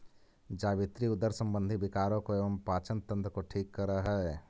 जावित्री उदर संबंधी विकारों को एवं पाचन तंत्र को ठीक करअ हई